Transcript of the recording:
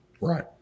Right